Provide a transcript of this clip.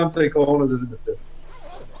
שזה דבר שמפר את עיקרון המסכות.